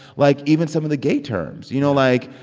like, even some of the gay terms. you know, like,